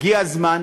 הגיע הזמן